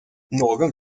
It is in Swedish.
någon